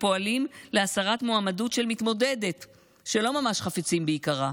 ופועלים להסרת מועמדות של מתמודדת שלא ממש חפצים ביקרה,